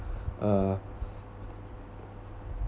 uh